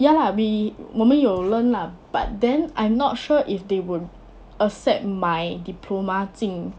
ya lah we 我们有 learn lah but then I'm not sure if they will accept my diploma 进